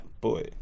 Boy